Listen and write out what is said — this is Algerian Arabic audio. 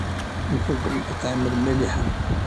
نفضل الأطعمة المالحةنفضل الأطعمة المالحةنفضل الأطعمة المالحة.